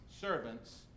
servants